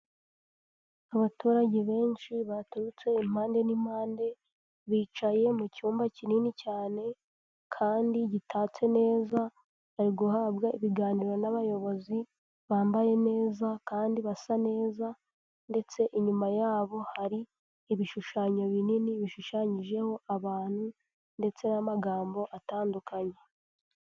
Abaturage benshi baturutse impande n'impande, bicaye mu cyumba kinini cyane kandi gitatse neza, bari guhabwa ibiganiro n'abayobozi bambaye neza kandi basa neza, ndetse inyuma yabo hari ibishushanyo binini bishushanyijeho abantu ndetse n'amagambo atandukanye.